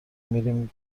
میریم